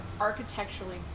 architecturally